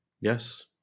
Yes